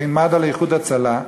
בין מד"א ל"איחוד הצלה".